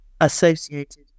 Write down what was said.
associated